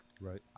right